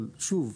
אבל שוב,